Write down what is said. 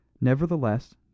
Nevertheless